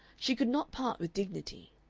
she could not part with dignity.